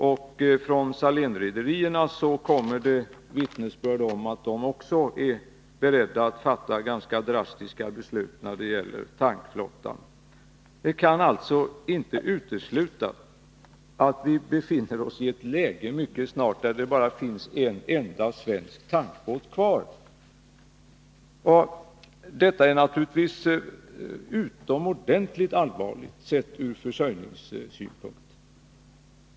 Och från Salénrederierna kommer det vittnesbörd om att de också är beredda att fatta ganska drastiska beslut när det gäller tankerflottan. Det kan alltså inte uteslutas att vi mycket snart befinner oss i det läget att det bara finns en enda svensk tankbåt kvar. Detta är naturligtvis utomordentligt allvarligt, sett ur försörjningssynpunkt.